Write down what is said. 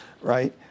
Right